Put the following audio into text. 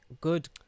Good